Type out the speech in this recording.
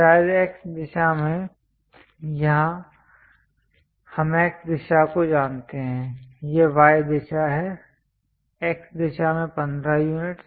शायद X दिशा में यहाँ हम X दिशा को जानते हैं यह Y दिशा है X दिशा में 15 यूनिट्स